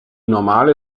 normale